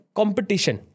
competition